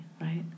right